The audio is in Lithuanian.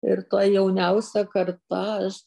ir ta jauniausia karta aš